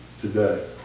today